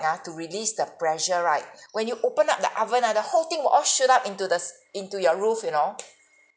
ya to release the pressure right when you open up the oven ah the whole thing will all shoot up into the c~ into your roof you know